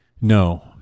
No